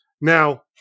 Now